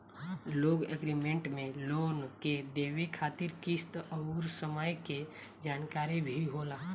loan agreement में loan के देवे खातिर किस्त अउर समय के जानकारी भी होला